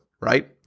Right